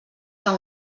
que